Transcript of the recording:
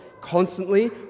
constantly